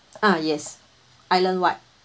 ah yes island wide